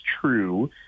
true